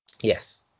Yes